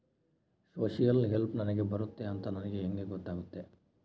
Social help ನನಗೆ ಬರುತ್ತೆ ಅಂತ ನನಗೆ ಹೆಂಗ ಗೊತ್ತಾಗುತ್ತೆ?